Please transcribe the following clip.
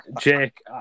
Jake